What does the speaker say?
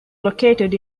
located